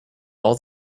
all